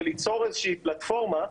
וליצור איזושהי פלטפורמה,